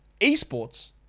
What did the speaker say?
esports